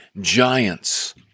giants